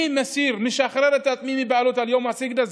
אני משחרר את עצמי מבעלות על יום הסיגד הזה.